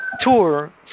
tour